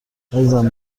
عزیزم